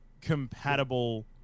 compatible